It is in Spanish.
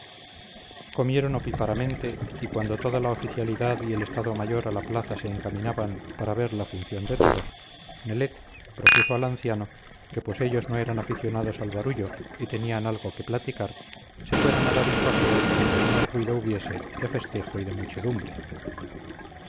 comieron opíparamente y cuando toda la oficialidad y el estado mayor a la plaza se encaminaban para ver la función de toros nelet propuso al anciano que pues ellos no eran aficionados al barullo y tenían algo que platicar se fueran a dar un paseo por donde menos ruido hubiese de festejo y de muchedumbre